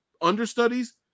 understudies